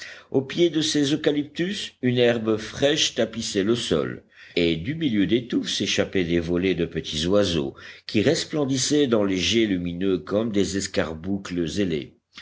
au pied de ces eucalyptus une herbe fraîche tapissait le sol et du milieu des touffes s'échappaient des volées de petits oiseaux qui resplendissaient dans les jets lumineux comme des escarboucles ailées